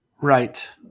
right